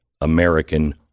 American